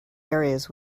areas